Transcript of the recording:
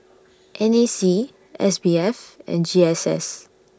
N A C S B F and G S S